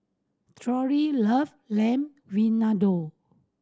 Torey love Lamb Vindaloo